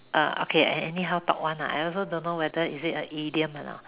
uh okay I anyhow talk one ah I also don't know whether is it a idiom or not